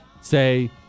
say